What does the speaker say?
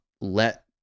Let